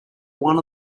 one